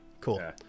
Cool